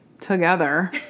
together